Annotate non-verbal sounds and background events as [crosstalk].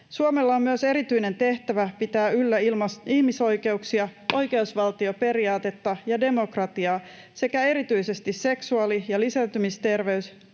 Suomella on myös erityinen tehtävä pitää yllä ihmisoikeuksia, [noise] oikeusvaltioperiaatetta ja demokratiaa sekä erityisesti seksuaali‑ ja lisääntymisterveysoikeuksia,